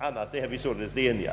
annars är vi således eniga.